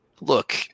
Look